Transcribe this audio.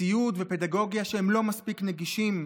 ציוד ופדגוגיה שהם לא מספיק נגישים,